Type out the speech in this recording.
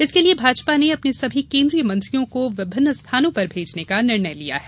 इसके लिए भाजपा ने अपने सभी केंद्रीय मंत्रियों को विभिन्न स्थानों पर भेजने का निर्णय लिया है